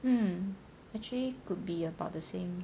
um actually could be about the same